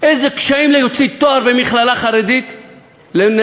איזה קשיים יש להוציא תואר במכללה חרדית לבנות?